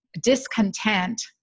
discontent